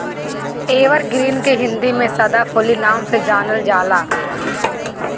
evergreen के हिंदी में सदाफुली नाम से जानल जाला